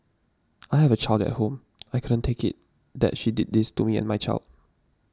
I have a child at home I couldn't take it that she did this to me and my child